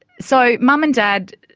so mum and dad,